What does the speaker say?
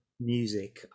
music